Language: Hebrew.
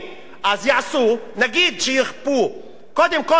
אז יעשו, נגיד שיכפו, קודם כול, עבודת כפייה,